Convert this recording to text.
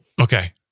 Okay